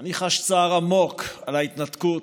אני חש צער עמוק על ההתנתקות,